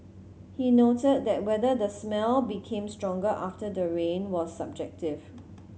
he noted that whether the smell became stronger after the rain was subjective